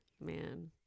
man